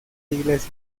iglesias